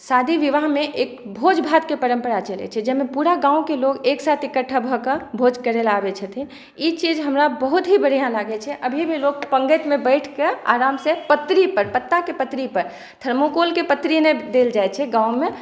शादी विवाहमे एक भोज भातकेँ परम्परा चलै छै जाहिमे पुरा गाँवकेँ लोक एक साथ इकठ्ठा भऽ कऽ भोज करै ला आबै छथिन ई चीज हमरा बहुत ही बढ़िऑं होइ छै अभी भी लोक पङ्गतिमे बैस कऽ आरामसे पत्ताकेँ पत्री पर थर्मोकोल केँ पत्री देल जाइ छै गाँवमे